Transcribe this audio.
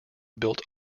built